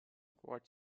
what